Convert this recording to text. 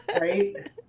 right